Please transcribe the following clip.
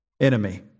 enemy